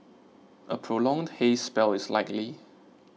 a prolonged haze spell is likely